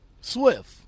Swift